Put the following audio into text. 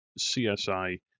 CSI